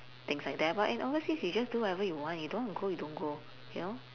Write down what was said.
things like that but in honesty you can just do whatever you want you don't wanna go you don't go you know